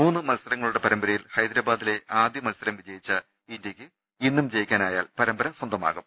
മൂന്ന് മത്സരങ്ങളുടെ പരമ്പരയിൽ ഹൈദരാബാദിലെ ആദ്യ മത്സരം ജയിച്ച ഇന്ത്യയ്ക്ക് ഇന്നും ജയിക്കാ നായാൽ പരമ്പര സ്വന്തമാകും